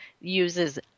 uses